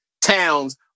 towns